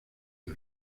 del